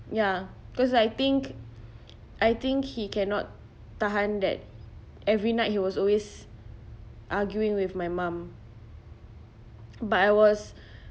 ya because I think I think he cannot tahan that every night he was always arguing with my mum but I was